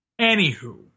anywho